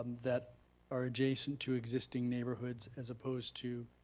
that are adjacent to existing neighborhoods as opposed to